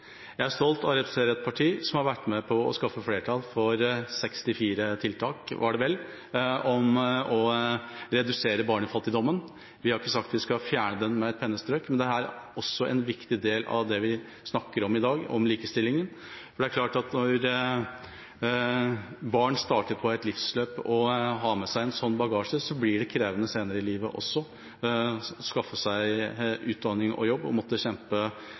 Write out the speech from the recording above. Jeg er stolt av å representere et parti som har vært med på å skaffe flertall for 64 tiltak – var det vel – for å redusere barnefattigdommen. Vi har ikke sagt vi skal fjerne den med et pennestrøk, men dette er også en viktig del av det vi snakker om i dag, om likestillingen. For det er klart at når barn starter på et livsløp og har med seg en sånn bagasje, blir det senere i livet også krevende å skaffe seg utdanning og jobb og å måtte kjempe